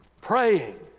praying